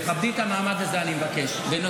אני מבקש שתכבדי את המעמד הזה.